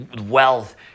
wealth